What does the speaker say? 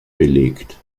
belegt